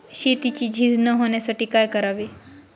शेतीची झीज न होण्यासाठी काय करावे?